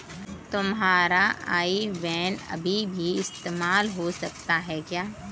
तुम्हारा IBAN अभी भी इस्तेमाल हो सकता है क्या?